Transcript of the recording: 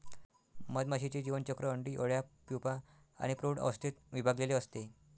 मधमाशीचे जीवनचक्र अंडी, अळ्या, प्यूपा आणि प्रौढ अवस्थेत विभागलेले असते